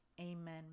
Amen